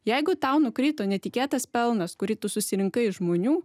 jeigu tau nukrito netikėtas pelnas kurį tu susirinkai iš žmonių